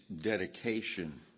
dedication